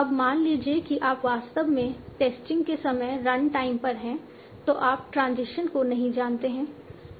अब मान लीजिए कि आप वास्तव में टेस्टिंग के समय रन टाइम पर हैं तो आप ट्रांजिशन को नहीं जानते हैं